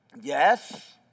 Yes